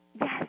Yes